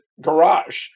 garage